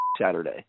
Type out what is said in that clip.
Saturday